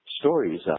stories